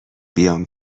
بیام